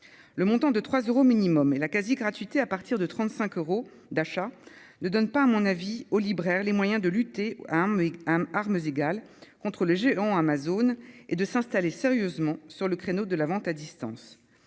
le montant de 3 euros minimum et la quasi-gratuité à partir de trente-cinq euros d'achat ne donne pas à mon avis aux libraires, les moyens de lutter, hein, mais à armes égales contre les géants Amazon et de s'installer sérieusement sur le créneau de la vente à distance,